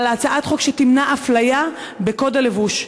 אבל הצעת חוק שתמנע אפליה בקוד הלבוש.